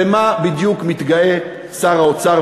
במה בדיוק מתגאה שר האוצר?